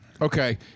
Okay